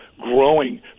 growing